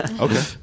okay